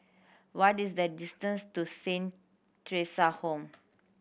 what is the distance to Saint Theresa Home